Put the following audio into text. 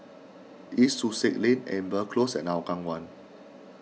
East Sussex Lane Amber Close and Hougang one